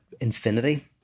infinity